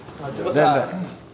ah tu pasal ah